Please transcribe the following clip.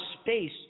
Space